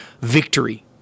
victory